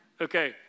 Okay